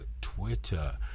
Twitter